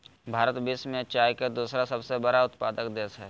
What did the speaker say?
भारत विश्व में चाय के दूसरा सबसे बड़ा उत्पादक देश हइ